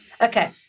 Okay